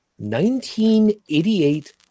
1988